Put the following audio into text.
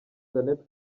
jeannette